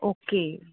okay